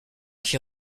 qui